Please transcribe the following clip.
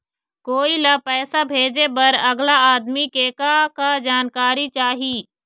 कोई ला पैसा भेजे बर अगला आदमी के का का जानकारी चाही?